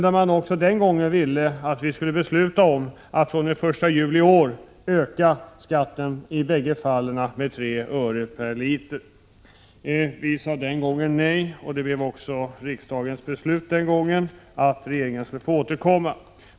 Även den gången ville man att vi skulle besluta att från den 1 juli i år öka skatten i båda fallen med 3 öre per liter. Vi sade den gången nej, och det blev även riksdagens beslut. Regeringen skulle få återkomma.